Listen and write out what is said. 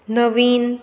नवीन